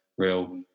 real